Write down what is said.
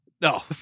No